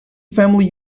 family